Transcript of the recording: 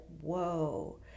whoa